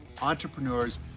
entrepreneurs